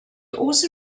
also